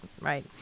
right